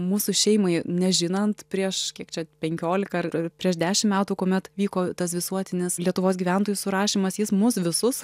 mūsų šeimai nežinant prieš kiek čia penkiolika ar prieš dešim metų kuomet vyko tas visuotinis lietuvos gyventojų surašymas jis mus visus